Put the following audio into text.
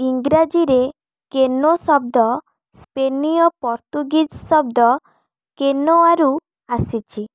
ଇଂରାଜୀରେ କେନୋ ଶବ୍ଦ ସ୍ପେନୀୟ ପର୍ତ୍ତୁଗୀଜ ଶବ୍ଦ କେନୋଆରୁ ଆସିଛି